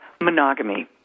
monogamy